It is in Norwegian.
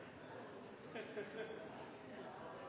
en